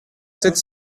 sept